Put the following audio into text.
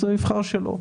אז יבחר שלא,